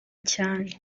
cyane